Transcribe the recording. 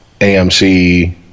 AMC